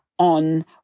on